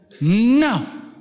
no